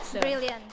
brilliant